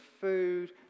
food